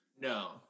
No